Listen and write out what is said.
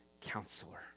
counselor